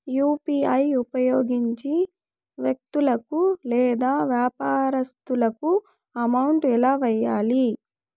UPI ఉపయోగించి వ్యక్తులకు లేదా వ్యాపారస్తులకు అమౌంట్ ఎలా వెయ్యాలి